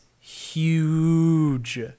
huge